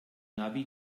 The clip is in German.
navi